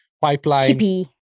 pipeline